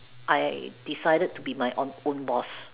I decided to be my an own boss